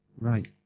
Right